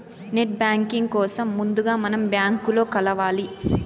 net banking కోసం ముందుగా మనం బ్యాంకులో కలవాలి